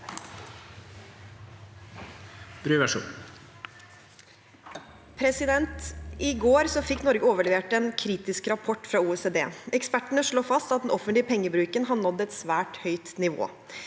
I går fikk Norge overlevert en kritisk rapport fra OECD. Ekspertene slår fast at den offentlige pengebruken har nådd et svært høyt nivå.